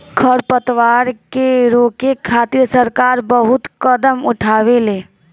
खर पतवार के रोके खातिर सरकार बहुत कदम उठावेले